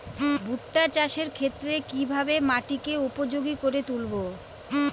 ভুট্টা চাষের ক্ষেত্রে কিভাবে মাটিকে উপযোগী করে তুলবো?